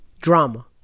Drama